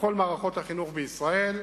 בכל מערכות החינוך בישראל.